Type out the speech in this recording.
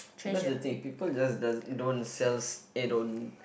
that's the thing people just doesn't don't sell s~ eh don't